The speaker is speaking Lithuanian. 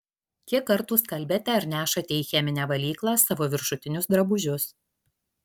kiek kartų skalbiate ar nešate į cheminę valyklą savo viršutinius drabužius